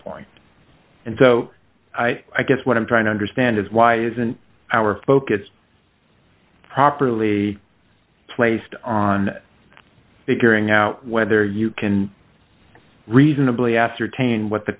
point and so i guess what i'm trying to understand is why isn't our focus properly placed on figuring out whether you can reasonably ascertain what the